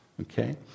okay